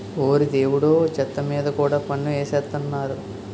ఓరి దేవుడో చెత్త మీద కూడా పన్ను ఎసేత్తన్నారు